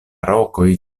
rokoj